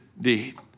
deed